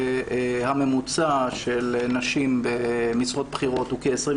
שהממוצע של נשים במשרות בכירות הוא כ-28%,